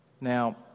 now